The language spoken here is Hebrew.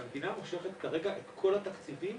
והמדינה מושכת כרגע את כל התקציבים